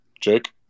Jake